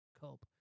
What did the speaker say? Cope